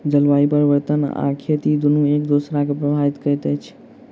जलवायु परिवर्तन आ खेती दुनू एक दोसरा के प्रभावित करैत अछि